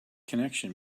connection